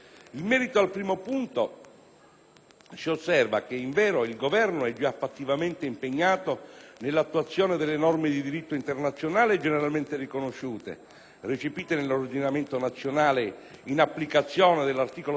si osserva che, invero, il Governo è già fattivamente impegnato nell'attuazione delle norme di diritto internazionale generalmente riconosciute, recepite nell'ordinamento nazionale, in applicazione dell'articolo 10 della Costituzione,